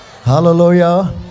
Hallelujah